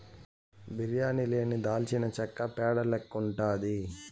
బిర్యానీ లేని దాల్చినచెక్క పేడ లెక్కుండాది